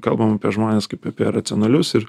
kalbam apie žmones kaip apie racionalius ir